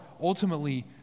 ultimately